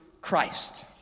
Christ